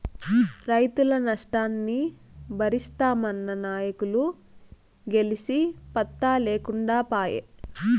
రైతుల నష్టాన్ని బరిస్తామన్న నాయకులు గెలిసి పత్తా లేకుండా పాయే